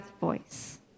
voice